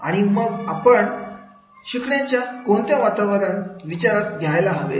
आणि मग आपण शिकण्यासाठी कोणते वातावरण विचारात घ्यायला हवे